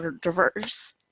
diverse